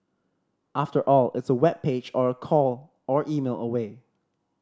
after all it's a web page or a call or email away